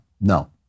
No